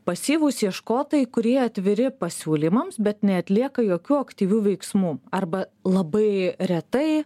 pasyvūs ieškotojai kurie atviri pasiūlymams bet neatlieka jokių aktyvių veiksmų arba labai retai